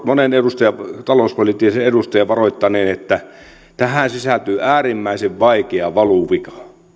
monen talouspoliittisen edustajan varoittaneen että tähän sisältyy äärimmäisen vaikea valuvika